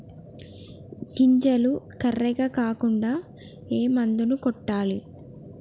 గింజలు కర్రెగ కాకుండా ఏ మందును కొట్టాలి?